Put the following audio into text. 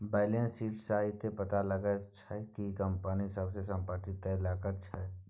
balance sheet सँ इहो पता लगा सकै छी कि कंपनी सबटा संपत्ति कतय लागल छै